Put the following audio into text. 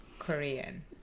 korean